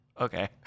okay